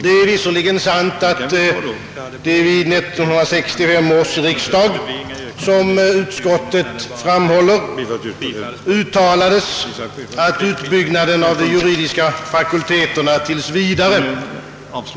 Det är visserligen sant, att vid 1965 års riksdag, som utskottet framhåller, uttalades att »utbyggnaden av de juridiska fakulteterna t.v.